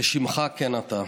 כשמך כן אתה,